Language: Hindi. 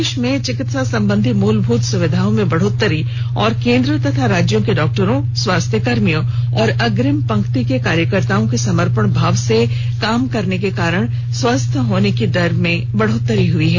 देश में चिकित्सा संबंधी मूलभूत सुविधाओं में बढ़ोतरी और केंद्र तथा राज्यों के डॉक्टरों स्वास्थ्य कर्मियों तथा अग्रिम पंक्ति के कार्यकर्ताओं के समर्पण भाव से काम करने के कारण स्वस्थ होने की दर में बढ़ोतरी हुई है